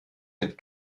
mit